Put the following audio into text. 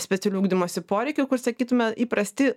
specialių ugdymosi poreikių kur sakytume įprasti